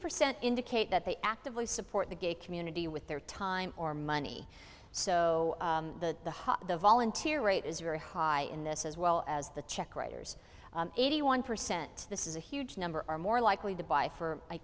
percent indicate that they actively support the gay community with their time or money so the volunteer rate is very high in this as well as the check writers eighty one percent this is a huge number are more likely to buy for my